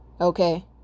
Okay